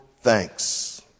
thanks